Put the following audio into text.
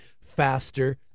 faster